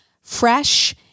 fresh